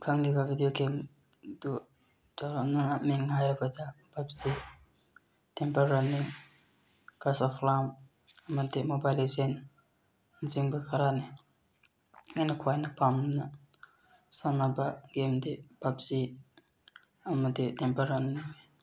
ꯈꯪꯂꯤꯕ video ꯒꯦꯝꯗꯨ ꯆꯥꯎꯔꯥꯛꯅ ꯃꯤꯡ ꯍꯥꯏꯔꯕꯗ ꯄꯞꯖꯤ Temple Running Clash of Clan ꯑꯃꯗꯤ ꯃꯣꯕꯥꯏꯜ ꯂꯤꯖꯦꯟ ꯅꯆꯤꯡꯕ ꯈꯔꯅꯤ ꯑꯩꯅ ꯈ꯭ꯋꯥꯏꯅ ꯄꯥꯝꯅ ꯁꯥꯟꯅꯕ ꯒꯦꯝꯗꯤ ꯄꯞꯖꯤ ꯑꯃꯗꯤ ꯇꯦꯝꯄꯜ ꯔꯟꯅꯤꯡꯅꯤ